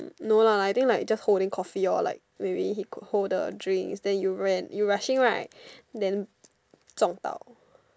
no lah I think like just holding coffee or like maybe he hold the drink then you ran you rushing right then 撞到